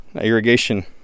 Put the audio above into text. irrigation